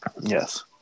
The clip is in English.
Yes